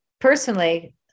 Personally